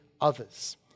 others